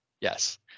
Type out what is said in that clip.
Yes